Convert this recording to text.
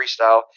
freestyle